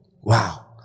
Wow